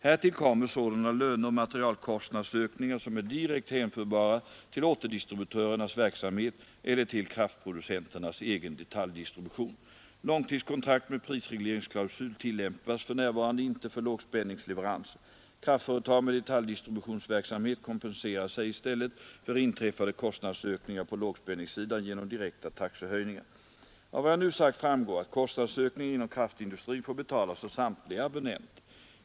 Härtill kommer sådana löneoch materialkostnadsökningar som är direkt hänförbara till återdistributörernas verksamhet eller till kraftproducenternas egen detaljdistribution. Långtidskontrakt med prisregleringsklausul tillämpas för närvarande inte för lågspänningsleveranser. Kraftföretag med detaljdistributionsverksamhet kompenserar sig i stället för inträffade kostnadsökningar på lågspänningssidan genom direkta taxehöjningar. Av vad jag nu sagt framgår, att kostnadsökningar inom kraftindustrin får betalas av samtliga abonnenter.